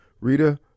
Rita